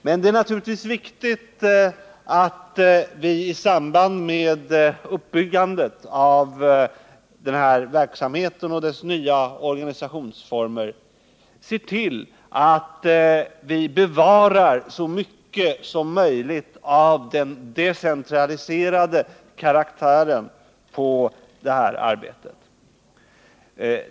Men det är naturligtvis viktigt att vi i samband med uppbyggandet av denna verksamhet och dessa nya organisationsformer ser till att vi bevarar så mycket som möjligt av den decentraliserade karaktären på detta arbete.